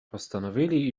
postanowili